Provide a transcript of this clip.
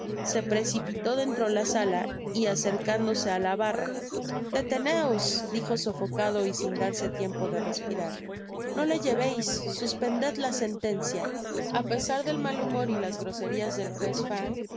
se precipitó dentro la saja y acercándose á la barra deteneos dijo sofocado y sin darse tiempo de respirar no le lleveis suspended la sentencia t a pesar del mal humor y las groserias del juez